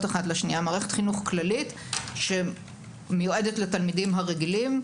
אחת לשנייה מערכת חינוך כללית שמיועדת ל"תלמידים הרגילים",